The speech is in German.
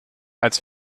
als